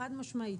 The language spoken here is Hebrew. חד משמעית,